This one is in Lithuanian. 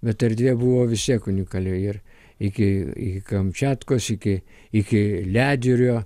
bet erdvė buvo vis tiek unikali ir iki kamčiatkos iki iki ledjūrio